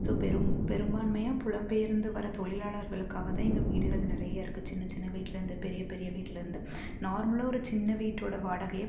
so பெரும் பெரும்பான்மையாக புலம்பெயர்ந்து வர தொழிலாளர்களுக்காக தான் இங்கே வீடுகள் நிறைய இருக்கு சின்ன சின்ன வீட்லருந்து பெரிய பெரிய வீட்லருந்து நார்மலாக ஒரு சின்ன வீட்டோட வாடகையோ